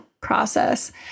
process